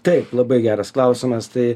taip labai geras klausimas tai